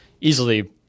easily